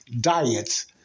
diets